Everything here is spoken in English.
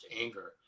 anger